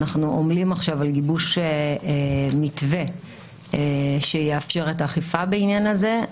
אנחנו עמלים עכשיו על גיבוש מתווה שיאפשר את האכיפה בעניין הזה.